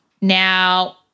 Now